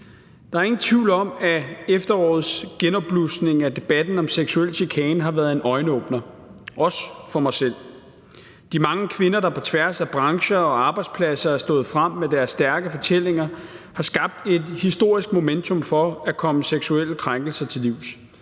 Der er ingen tvivl om, at efterårets genopblussen af debatten om seksuel chikane har været en øjenåbner, også for mig selv. De mange kvinder, der på tværs af brancher og arbejdspladser er stået frem med deres stærke fortællinger, har skabt et historisk momentum for at komme seksuelle krænkelser til livs,